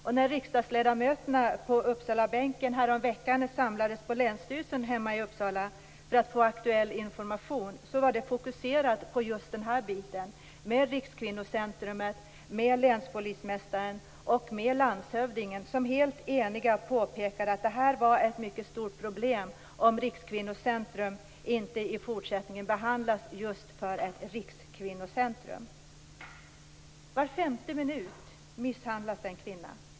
Och när riksdagsledamöterna på Uppsalabänken häromveckan samlades på länsstyrelsen hemma i Uppsala för att få aktuell information fokuserades på just denna bild. Rikskvinnocentrum, länspolismästaren och landshövdingen var helt eniga och påpekade att det är ett mycket stort problem om Rikskvinnocentrum i fortsättningen inte behandlas just som ett rikskvinnocentrum. Var femte minut misshandlas en kvinna.